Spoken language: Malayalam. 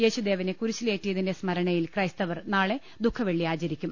യേശുദേവനെ കുരിശിലേറ്റിയതിന്റെ സ്മരണയിൽ ക്രൈസ്ത വർ നാളെ ദുഖവെള്ളി ആചരിക്കും